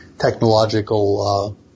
technological